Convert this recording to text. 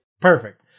Perfect